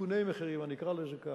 עדכוני מחירים, אני אקרא לזה כך,